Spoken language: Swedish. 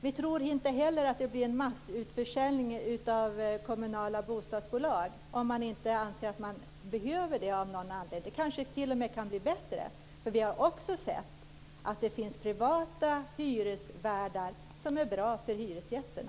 Vi tror inte heller att det blir en massutförsäljning av kommunala bostadsbolag, om man inte anser att man behöver det av någon anledning. Det kanske t.o.m. kan bli bättre. Vi har också sett att det finns privata hyresvärdar som är bra för hyresgästerna.